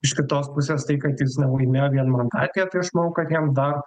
iš kitos pusės tai kad jis nelaimėjo vienmandatėj tai aš manau kad jam dar